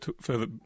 further